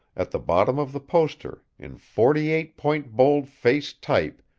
at the bottom of the poster, in forty-eight-point bold-face type,